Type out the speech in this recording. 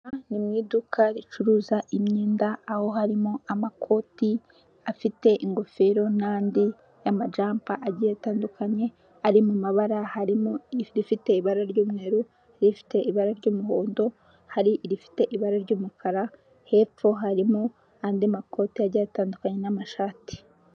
Ni mu iduka ricuruza imyenda aho harimo amakoti afite ingofero n'andi y'amajampa agiye atandukanye ari mu mabara harimo irifite ibara ry'umweru, irifite ibara ry'umuhondo, hari irifite ibara ry'umukara, hepfo harimo andi makoti atandukanye n'amashati.